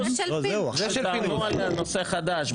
הסתייגות שטענו על נושא חדש,